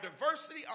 diversity